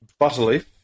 Butterleaf